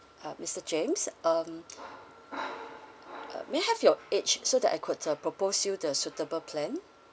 ah mister james um uh may I have your age so that I could uh propose you the suitable plan